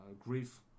grief